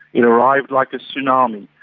it arrived like a tsunami,